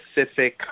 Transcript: specific